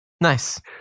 nice